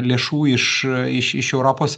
lėšų iš iš iš europos